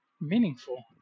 meaningful